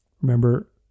remember